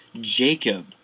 Jacob